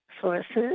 sources